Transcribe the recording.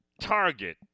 target